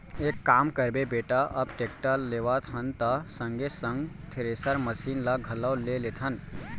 एक काम करबे बेटा अब टेक्टर लेवत हन त संगे संग थेरेसर मसीन ल घलौ ले लेथन